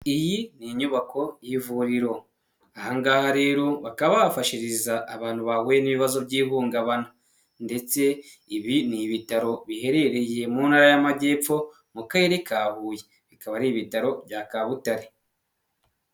Iyi ni inyubako y'ivuriro aha ngha rero bakaba bafashiriza abantu bahuye n'ibibazo by'ihungabana, ndetse ibi ni ibitaro biherereye mu ntara y'amajyepfo mu karere ka Huye, bikaba ari ibitaro bya Kabutare.